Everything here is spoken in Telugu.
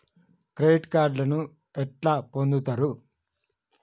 క్రెడిట్ కార్డులను ఎట్లా పొందుతరు?